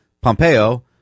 Pompeo